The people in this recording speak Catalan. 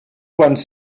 quants